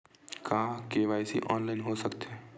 का KYC online हो सकथे?